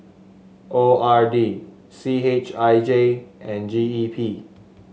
O R D C H I J and G E P